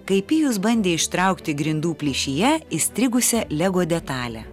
kai pijus bandė ištraukti grindų plyšyje įstrigusią lego detalę